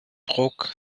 broek